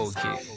Okay